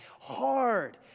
hard